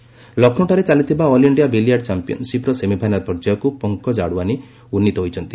billiard ଲକ୍ଷ୍ନୌଠାରେ ଚାଲିଥିବା all India billiard ଚାମ୍ପିୟନ୍ସିପ୍ର ସେମିଫାଇନାଲ୍ ପର୍ଯ୍ୟାୟକୁ ପଙ୍କଜ ଆଡ଼ୱାନୀ ଉନ୍ନୀତ ହୋଇଛନ୍ତି